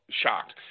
shocked